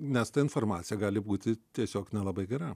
nes ta informacija gali būti tiesiog nelabai gera